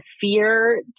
fear